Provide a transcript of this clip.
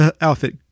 outfit